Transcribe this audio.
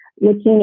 looking